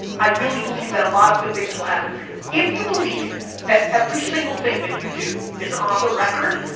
i really believe that a lot of good things will happen for you, if you believe that every single thing that you do is on the record,